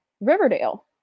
Riverdale